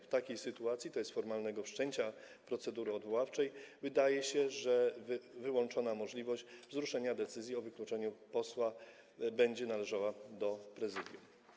W takiej sytuacji, tj. formalnego wszczęcia procedury odwoławczej, jak się wydaje, wyłączna możliwość wzruszenia decyzji o wykluczeniu posła będzie należała do Prezydium.